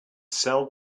sell